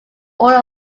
order